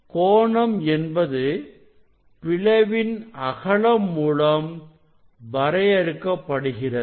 கோணம் என்பது பிளவின் அகலம் மூலம் வரையறுக்கப்படுகிறது